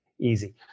easy